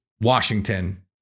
Washington